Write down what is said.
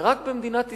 ורק במדינת ישראל,